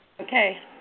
Okay